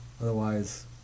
otherwise